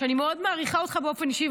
אני מאוד מעריכה אותך באופן אישי,